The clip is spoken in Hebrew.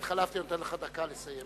הואיל ואני התחלפתי, אני נותן לך דקה לסיים.